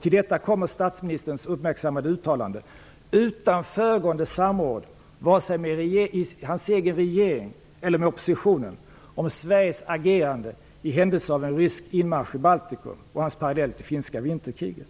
Till detta kommer statsministerns uppmärksammade uttalanden -- utan föregående samråd vare sig med den egna regeringen eller med oppositionen -- om Baltikum och hans parallell till finska vinterkriget.